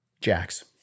jacks